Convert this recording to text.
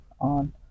on